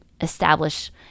establish